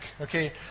okay